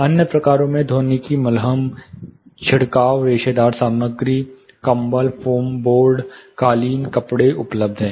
अन्य प्रकारों में ध्वनिकी मलहम छिड़काव रेशेदार सामग्री कंबल फोम बोर्ड कालीन कपड़े उपलब्ध हैं